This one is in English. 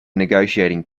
negotiating